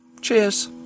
Cheers